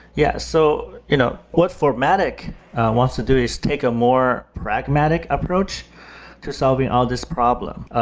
yeah so you know what fortmatic wants to do is take a more pragmatic approach to solving all these problem,